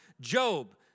Job